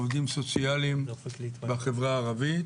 עובדים סוציאליים בחברה הערבית.